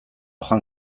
joan